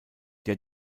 der